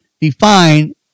Define